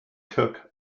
took